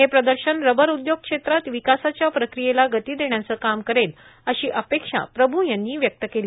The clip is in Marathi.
हे प्रदर्शन रबर उद्योग क्षेत्रात विकासाच्या प्रक्रियेला गती देण्याचं काम करेल अशी अपेक्षा प्रभू यांनी व्यक्त केली